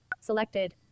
Selected